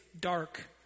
dark